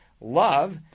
love